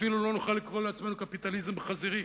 אפילו לא נוכל לקרוא לעצמנו "קפיטליזם חזירי".